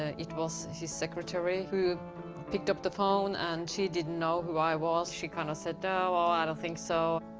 ah it was his secretary who picked up the phone, and she didn't know who i was. she kind of said, oh, i don't think so.